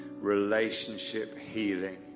relationship-healing